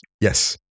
Yes